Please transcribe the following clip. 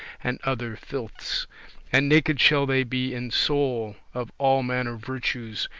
and other filths and naked shall they be in soul, of all manner virtues,